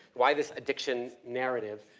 why this addiction narrative?